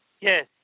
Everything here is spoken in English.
Yes